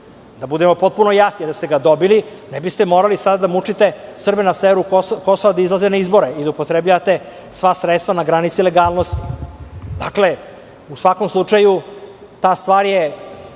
da budemo jasni, da ste ga dobili ne biste morali sada da mučite Srbe na severu Kosova da izlaze na izbore i da upotrebljavate sva sredstva na granici ilegalnosti. U svakom slučaju, ta stvar je